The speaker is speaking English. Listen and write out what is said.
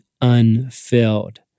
unfilled